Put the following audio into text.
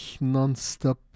non-stop